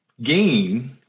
gain